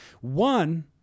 One